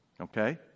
okay